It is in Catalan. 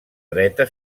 dreta